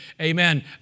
amen